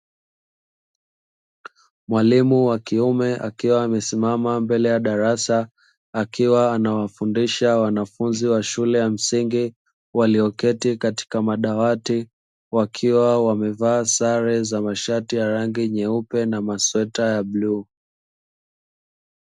Mwalimu wa kiume akiwa amesimama mbele ya darasa akiwa anawafundisha wanafunzi wa shule ya msingi, walioketi katika madawati wakiwa wamevaa sare za mashati ya rangi nyeupe na masweta ya bluu.